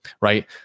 right